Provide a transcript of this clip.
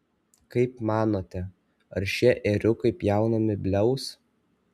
kaip manote ar šie ėriukai pjaunami bliaus